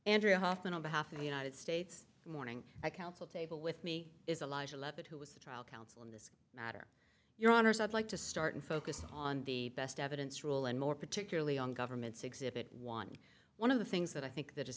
andrea hofmann on behalf of the united states morning i counsel table with me is a life but who was the trial counsel in this matter your honors i'd like to start and focus on the best evidence rule and more particularly on government's exhibit one one of the things that i think that i